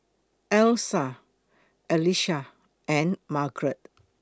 Alysa Elissa and Margaret